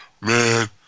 man